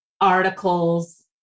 Articles